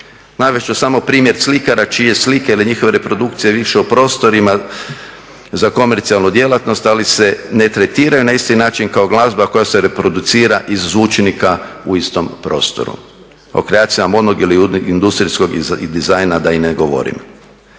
Navest ću samo primjer slikara čije slike ili njihove reprodukcije vise u prostorima za komercijalnu djelatnost ali se ne tretiraju na isti način kao glazba koja se reproducira iz zvučnika u istom prostoru. O kreacijama modnog ili industrijskog dizajna da i ne govorim.